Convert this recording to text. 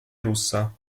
russa